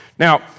Now